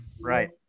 Right